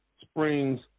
Springs